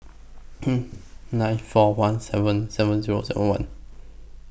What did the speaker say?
nine four one seven seven Zero seven one